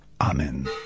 Amen